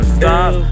stop